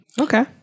Okay